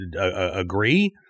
agree